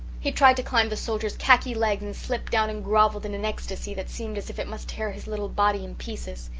he tried to climb the soldier's khaki legs and slipped down and groveled in an ecstasy that seemed as if it must tear his little body in pieces.